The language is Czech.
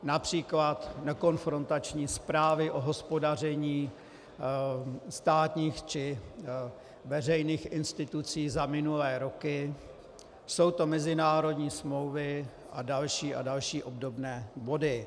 Například nekonfrontační zprávy o hospodaření státních či veřejných institucí za minulé roky, jsou to mezinárodní smlouvy a další a další obdobné body.